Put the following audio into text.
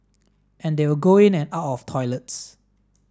and they will go in and out of toilets